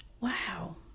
Wow